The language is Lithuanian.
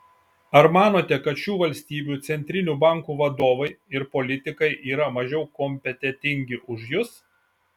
ar manote kad šių valstybių centrinių bankų vadovai ir politikai yra mažiau kompetentingi už jus